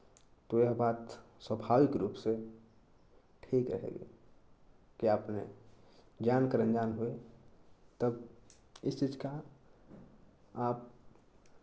तो यह बात स्वाभाविक रूप से ठीक रहेगी कि आपने जानकर अनजान हुए तब इस चीज़ का आप